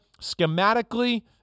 schematically